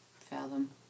fathom